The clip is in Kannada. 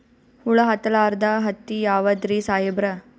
ಹುಳ ಹತ್ತಲಾರ್ದ ಹತ್ತಿ ಯಾವುದ್ರಿ ಸಾಹೇಬರ?